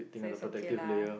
so is okay lah